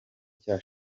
cya